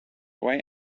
way